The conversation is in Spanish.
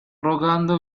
rogando